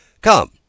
Come